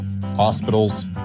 hospitals